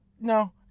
no